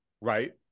right